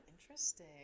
interesting